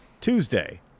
Tuesday